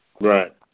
Right